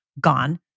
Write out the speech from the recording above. gone